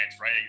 right